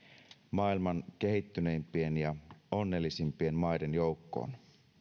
maailman kehittyneimpien ja onnellisimpien maiden joukkoon